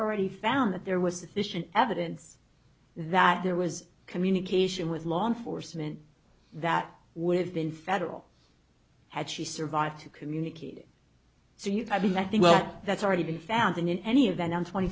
already found that there was sufficient evidence that there was communication with law enforcement that would have been federal had she survived to communicate so you know i mean i think well that's already been found and in any event on twenty